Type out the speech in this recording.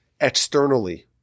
externally